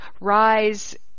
rise